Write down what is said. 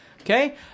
okay